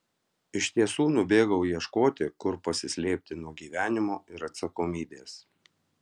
iš tiesų nubėgau ieškoti kur pasislėpti nuo gyvenimo ir atsakomybės